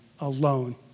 alone